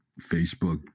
Facebook